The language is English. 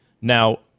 Now